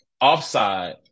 offside